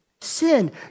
Sin